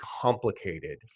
complicated